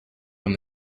when